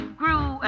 grew